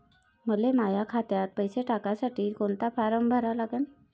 मले माह्या खात्यात पैसे टाकासाठी कोंता फारम भरा लागन?